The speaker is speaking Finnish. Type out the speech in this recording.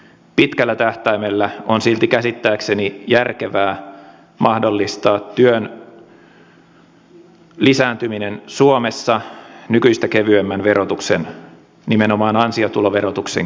pitkällä tähtäimellä on silti käsittääkseni järkevää mahdollistaa työn lisääntyminen suomessa nykyistä kevyemmän ansiotuloverotuksen keinoin